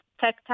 tech